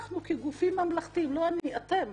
אנחנו כגופים ממלכתיים, לא אני, אתם,